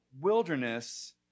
wilderness